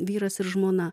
vyras ir žmona